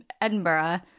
Edinburgh